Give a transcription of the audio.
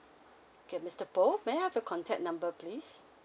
okay mister boh may I have your contact number please